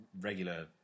regular